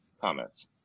comments